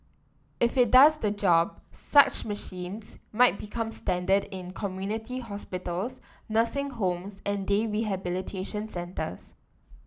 if it does the job such machines might become standard in community hospitals nursing homes and day rehabilitation centres